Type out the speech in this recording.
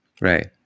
Right